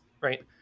Right